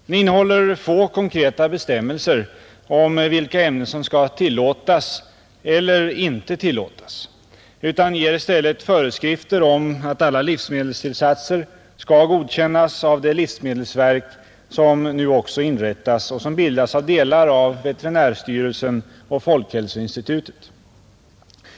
Den innehåller få konkreta bestämmelser om vilka ämnen som skall tillåtas eller inte tillåtas utan ger i stället föreskrifter om att alla livsmedelstillsatser skall godkännas av det livsmedelsverk som nu också inrättas och som bildas av delar av veterinärstyrelsen och folkhälsoinstitutet.